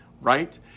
right